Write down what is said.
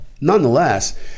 nonetheless